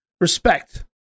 Respect